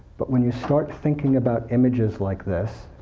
but when you start thinking about images like this,